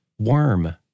Worm